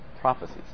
prophecies